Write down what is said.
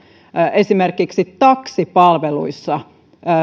esimerkiksi taksipalveluissa